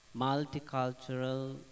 multicultural